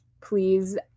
please